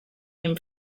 him